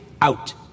Out